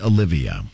Olivia